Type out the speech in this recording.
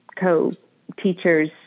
co-teachers